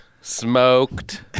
smoked